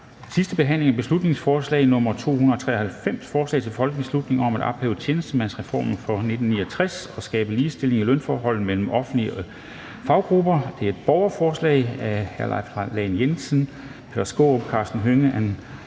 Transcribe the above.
(sidste) behandling af beslutningsforslag nr. B 293: Forslag til folketingsbeslutning om at ophæve tjenestemandsreformen fra 1969 og skabe ligestilling i lønforholdet mellem offentlige faggrupper (borgerforslag). Af Leif Lahn Jensen (S), Peter